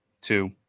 two